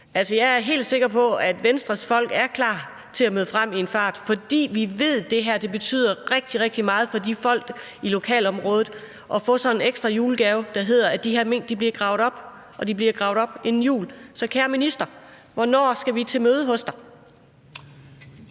jeg er helt sikker på, at Venstres folk er klar til at møde frem i en fart, fordi vi ved, at det betyder rigtig, rigtig meget for de folk i lokalområdet at få sådan en ekstra julegave, i form af at de her mink bliver gravet op, og at de bliver gravet op inden jul. Så, kære minister, hvornår skal vi til møde hos dig?